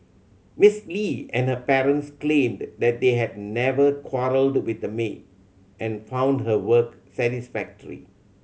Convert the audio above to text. Miss Li and her parents claimed that they had never quarrelled with the maid and found her work satisfactory